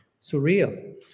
Surreal